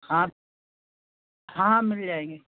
हाँ हाँ मिल जाएंगे